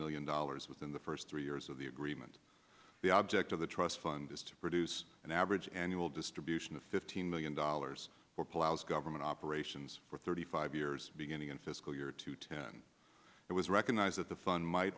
million dollars within the first three years of the agreement the object of the trust fund is to produce an average annual distribution of fifteen million dollars for plows government operations for thirty five years beginning in fiscal year two ten it was recognized that the fun might